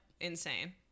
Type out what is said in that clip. insane